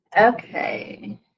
okay